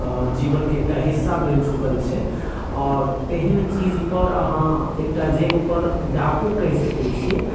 जीवनके एकटा हिस्सा बनि चुकल छै आओर तेहन चीजपर अहाँ एकटा जेबपर डाको कहि सकै छियै